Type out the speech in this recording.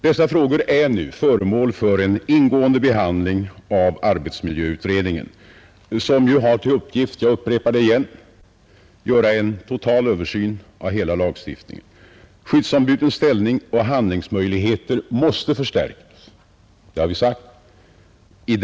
Dessa frågor är nu föremål för en ingående behandling i arbetsmiljöutredningen, som ju har till uppgift — jag upprepar det — att göra en total översyn av hela lagstiftningen. Vi har i direktiven uttalat att skyddsombudens ställning och handlingsmöjligheter måste förstärkas.